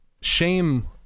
shame